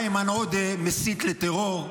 איימן עודה מסית לטרור.